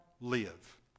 live